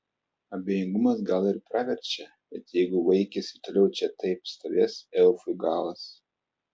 abejingumas gal ir praverčia bet jeigu vaikis ir toliau čia taip stovės elfui galas